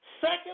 Second